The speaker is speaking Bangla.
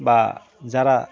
বা যারা